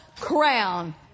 crown